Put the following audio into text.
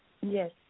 Yes